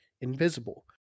invisible